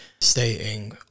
stating